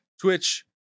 Twitch